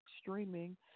streaming